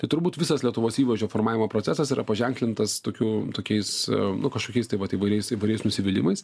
tai turbūt visas lietuvos įvaizdžio formavimo procesas yra paženklintas tokių tokiais nu kažkokiais tai vat įvairiais įvairiais nusivylimais